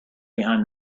behind